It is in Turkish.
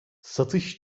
satış